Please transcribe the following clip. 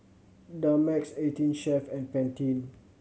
Dumex Eighteen Chef and Pantene